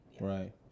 right